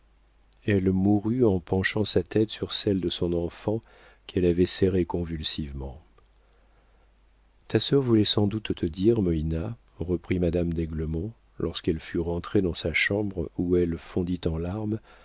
elle mourut en penchant sa tête sur celle de son enfant qu'elle avait serré convulsivement ta sœur voulait sans doute te dire moïna reprit madame d'aiglemont lorsqu'elle fut rentrée dans sa chambre où elle fondit en larmes